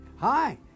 Hi